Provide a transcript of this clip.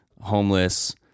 homeless